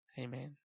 Amen